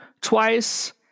twice